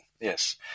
yes